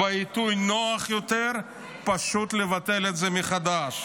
ובעיתוי נוח יותר פשוט לבטל את זה מחדש.